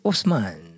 Osman